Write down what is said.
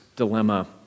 dilemma